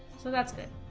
so that's good